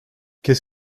qu’est